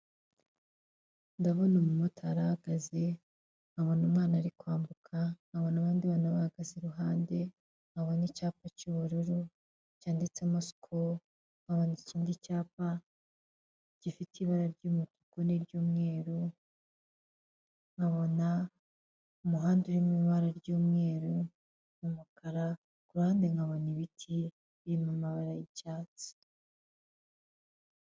Ndabona umumotari ahahagaze, nkabona umwana ari kwambuka, nkabona abandi bana bahagaze iruhande, nkabona icyapa cy'ubururu cyanditsemo Skol, nkabona ikindi cyapa gifite ibara ry'umutuku n'iry'umweru, nkabona umuhanda uri mu ibara ry'umweru n'umukara, ku ruhande nkabona ibiti biri mu mabara y'icyatsi.